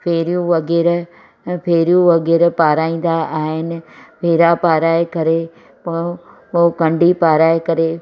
फेरियूं वग़ैरह फैरियूं वग़ैरह पाराईंदा आहिनि फेरा पाराए करे पोइ उहो कंढी पाराए करे